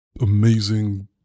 amazing